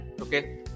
okay